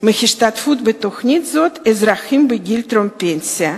מהשתתפות בתוכנית זו אזרחים בגיל טרום-פנסיה,